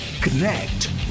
connect